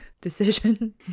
decision